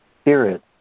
spirit